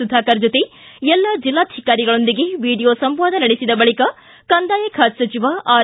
ಸುಧಾಕರ್ ಜೊತೆ ಎಲ್ಲ ಜಿಲ್ಲಾಧಿಕಾರಿಗಳೊಂದಿಗೆ ವಿಡಿಯೋ ಸಂವಾದ ನಡೆಸಿದ ಬಳಿಕ ಕಂದಾಯ ಖಾತೆ ಸಚಿವ ಆರ್